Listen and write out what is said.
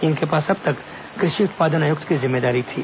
इनके पास अब तक कृषि उत्पादन आयुक्त की जिम्मेदारी थी